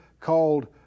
called